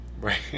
Right